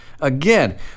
Again